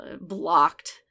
blocked